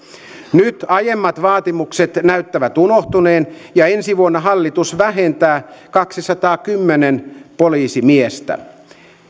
nyt aiemmat vaatimukset näyttävät unohtuneen ja ensi vuonna hallitus vähentää kaksisataakymmentä poliisimiestä